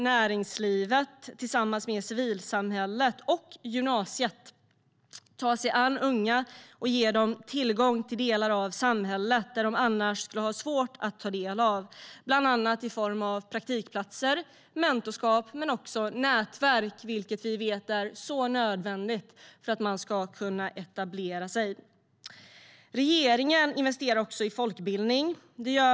Näringslivet tillsammans med civilsamhället och gymnasiet tar sig an unga och ger dem tillgång till delar av samhället som de annars skulle ha svårt att ta del av, bland annat i form av praktikplatser och mentorskap men även nätverk, vilket vi vet är nödvändigt för att man ska kunna etablera sig. Regeringen investerar också i folkbildning.